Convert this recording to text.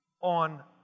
on